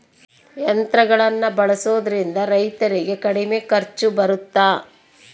ಯಂತ್ರಗಳನ್ನ ಬಳಸೊದ್ರಿಂದ ರೈತರಿಗೆ ಕಡಿಮೆ ಖರ್ಚು ಬರುತ್ತಾ?